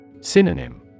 Synonym